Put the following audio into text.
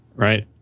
right